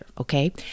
okay